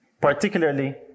particularly